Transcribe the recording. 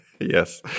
Yes